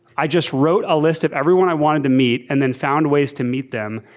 i just wrote a list of everyone i wanted to meet, and then found ways to meet them,